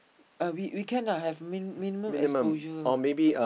uh we we can ah have minimum minimum exposure lah